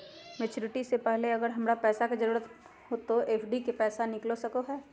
Maturity से पहले अगर हमरा पैसा के जरूरत है तो एफडी के पैसा निकल सको है?